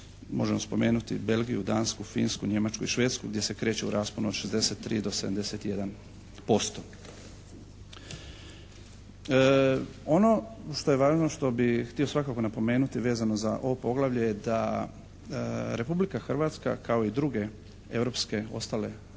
Možemo spomenuti Belgiju, Dansku, Finsku, Njemačku i Švedsku gdje se kreću u rasponu od 63 do 71%. Ono što je važno, što bih htio svakako napomenuti vezano za ovo poglavlje je da Republika Hrvatska kao i druge europske, ostale